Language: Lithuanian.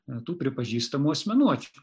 tų pripažįstamų asmenuočių